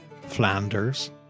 Flanders